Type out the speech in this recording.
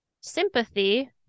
Sympathy